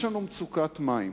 יש לנו מצוקת מים,